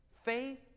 Faith